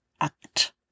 act